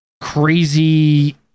crazy